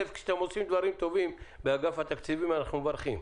כשאתם עושים דברים טובים באגף התקציבים אנחנו מברכים.